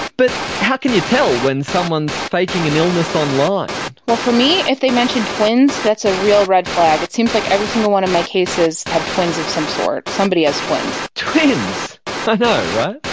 but how can you tell when someone is faking an illness online? well, for me, if they mention twins that's a real red flag. it seems like every single one of my cases have twins of some sort. somebody has twins. twins! i know, right.